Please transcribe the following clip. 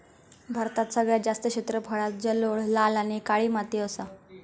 भारतात सगळ्यात जास्त क्षेत्रफळांत जलोळ, लाल आणि काळी माती असा